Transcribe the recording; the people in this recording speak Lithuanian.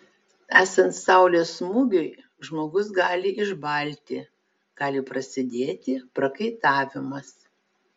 esant saulės smūgiui žmogus gali išbalti gali prasidėti prakaitavimas